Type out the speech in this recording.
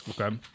Okay